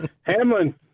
Hamlin